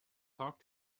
talk